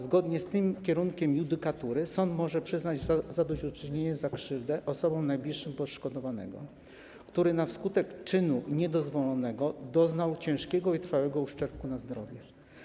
Zgodnie z tym kierunkiem judykatury sąd może przyznać zadośćuczynienie za krzywdę osobom najbliższym poszkodowanego, który na skutek czynu niedozwolonego doznał ciężkiego i trwałego uszczerbku na zdrowiu.